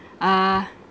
uh